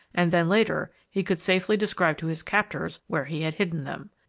and then, later, he could safely describe to his captors where he had hidden them.